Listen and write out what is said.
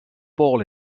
ball